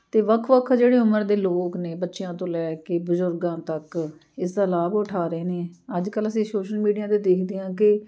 ਅਤੇ ਵੱਖ ਵੱਖ ਜਿਹੜੇ ਉਮਰ ਦੇ ਲੋਕ ਨੇ ਬੱਚਿਆਂ ਤੋਂ ਲੈ ਕੇ ਬਜ਼ੁਰਗਾਂ ਤੱਕ ਇਸ ਦਾ ਲਾਭ ਉਠਾ ਰਹੇ ਨੇ ਅੱਜ ਕੱਲ੍ਹ ਅਸੀਂ ਸੋਸ਼ਲ ਮੀਡੀਆ 'ਤੇ ਦੇਖਦੇ ਹਾਂ ਕਿ